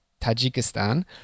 Tajikistan